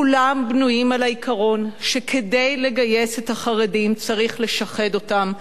כולם בנויים על העיקרון שכדי לגייס את החרדים צריך לשחד אותם,